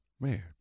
man